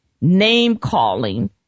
name-calling